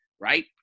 right